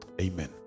Amen